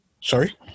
Sorry